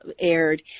aired